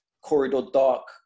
corridor-dark